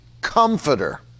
comforter